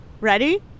ready